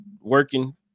working